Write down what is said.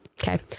okay